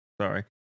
sorry